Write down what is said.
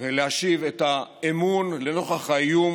ולהשיב את האמון לנוכח האיום